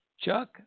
Chuck